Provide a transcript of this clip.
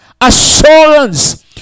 assurance